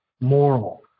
moral